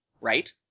right